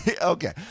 Okay